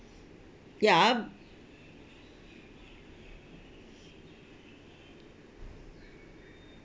ya